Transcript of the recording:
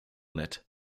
nett